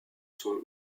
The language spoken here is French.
son